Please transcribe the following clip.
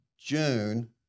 June